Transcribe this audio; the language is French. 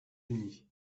unis